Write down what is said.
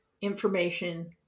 information